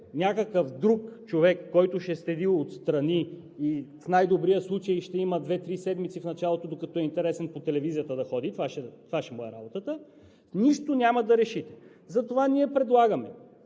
някакъв друг човек, който ще следи отстрани и в най-добрия случай ще има две-три седмици в началото, докато е интересен да ходи по телевизията – това ще му е работата, нищо няма да решите. Затова ние предлагаме